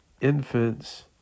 infants